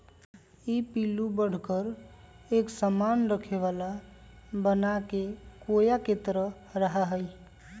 ई पिल्लू बढ़कर एक सामान रखे वाला बनाके कोया के तरह रहा हई